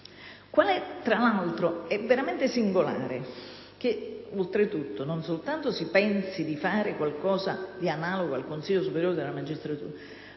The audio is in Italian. Tra l'altro, è veramente singolare che non soltanto si pensi di fare qualcosa di analogo al Consiglio superiore della magistratura,